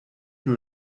nur